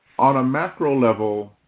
on a macro level,